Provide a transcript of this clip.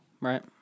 Right